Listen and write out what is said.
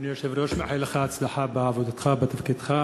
אדוני היושב-ראש, מאחל לך הצלחה בעבודתך, בתפקידך.